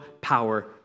power